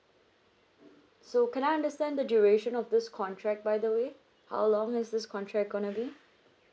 so can I understand the duration of this contract by the way how long is this contract going to be